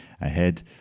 ahead